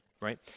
right